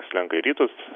slenka į rytus